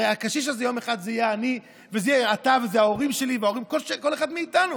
הרי הקשיש הזה יום אחד יהיה אני ואתה וזה ההורים שלי וכל אחד מאיתנו.